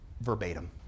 verbatim